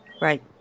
Right